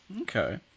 Okay